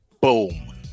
Boom